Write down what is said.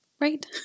Right